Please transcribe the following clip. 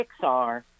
Pixar